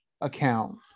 account